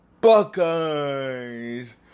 Buckeyes